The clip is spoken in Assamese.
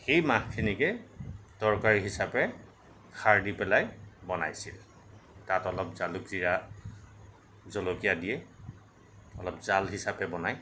সেই মাহখিনিকে তৰকাৰী হিচাপে খাৰ দি পেলায় বনাইছিল তাত অলপ জালুক জিৰা জলকীয়া দিয়ে অলপ জাল হিচাপে বনাই